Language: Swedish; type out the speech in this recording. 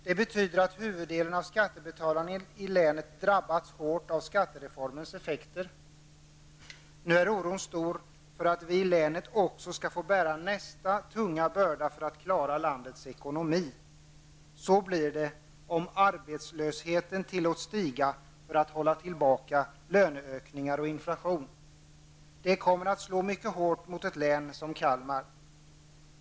Det betyder att huvuddelen av skattebetalarna i länet drabbats hårt av skattereformens effekter. Nu är oron stor för att vi i länet också skall få bära nästa tunga börda för att klara landets ekonomi. Så blir det om arbetslösheten tillåts stiga för att hålla tillbaka löneökningarna och inflationen. Det kommer att slå mycket hårt mot ett län som Kalmar län.